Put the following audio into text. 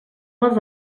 les